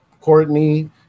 Courtney